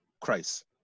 Christ